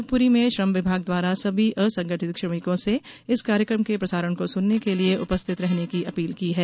शिवपूरी में श्रम विभाग द्वारा सभी असंगठित श्रमिकों से इस कार्यक्रम के प्रसारण को सुनने के लिए उपस्थित रहने की अपील की है